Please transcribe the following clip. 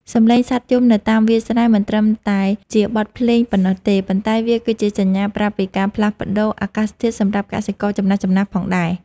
សំឡេងសត្វយំនៅតាមវាលស្រែ មិនត្រឹមតែជាបទភ្លេងប៉ុណ្ណោះទេ ប៉ុន្តែវាក៏ជាសញ្ញាប្រាប់ពីការផ្លាស់ប្តូរអាកាសធាតុសម្រាប់កសិករចំណាស់ៗផងដែរ។